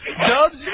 Dubs